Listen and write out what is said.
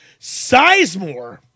sizemore